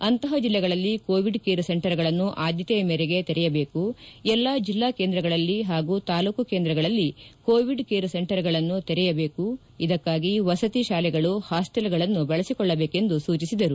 ಅಂತಹ ಜಿಲ್ಲೆಗಳಲ್ಲಿ covid care ಸೆಂಟರುಗಳನ್ನು ಆದ್ಲತೆಯ ಮೇರೆಗೆ ತೆರೆಯುಬೇಕು ಎಲ್ಲಾ ಜಿಲ್ಲಾ ಕೇಂದ್ರಗಳಲ್ಲಿ ಹಾಗು ತಾಲೂಕು ಕೇಂದ್ರಗಳಲ್ಲಿ ಕೋವಿಡ್ ಕೇರ್ ಸೆಂಟರ್ಗಳನ್ನು ತೆರೆಯಬೇಕು ಇದಕ್ಕಾಗಿ ವಸತಿ ಶಾಲೆಗಳು ಹಾಸ್ಸೆಲ್ಗಳನ್ನು ಬಳಸಿಕೂಳ್ಳಬೇಕೆಂದು ಸೂಚಿಸಿದರು